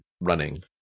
running